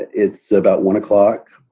it's about one o'clock.